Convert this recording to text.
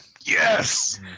Yes